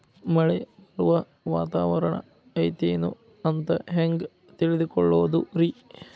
ಮಳೆ ಬರುವ ವಾತಾವರಣ ಐತೇನು ಅಂತ ಹೆಂಗ್ ತಿಳುಕೊಳ್ಳೋದು ರಿ?